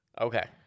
Okay